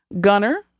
Gunner